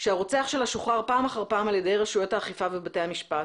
שהרוצח שלה שוחרר פעם אחר פעם על ידי רשויות האכיפה ובתי המשפט,